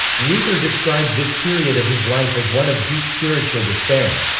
luther described this period of his life as one of deep spiritual despair.